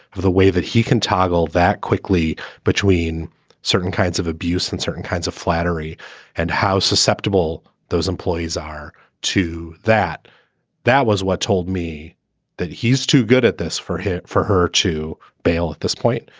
the way that he can toggle that quickly between certain kinds of abuse and certain kinds of flattery and how susceptible those employees are to that that was what told me that he's too good at this for him, for her to bail at this point.